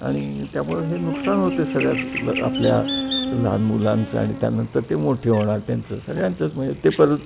आणि त्यामुळं हे नुकसान होतं आहे सगळ्याच आपल्या लहान मुलांचं आणि त्यानंतर ते मोठे होणार त्यांचं सगळ्यांचंच म्हणजे ते परत